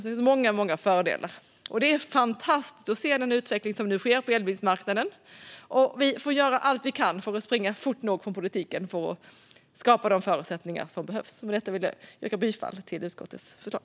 Det finns alltså många fördelar. Det är fantastiskt att se den utveckling som nu sker på elbilsmarknaden. Vi får från politiken göra allt vi kan för att springa fort nog för att skapa de förutsättningar som behövs. Med detta vill jag yrka bifall till utskottets förslag.